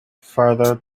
farther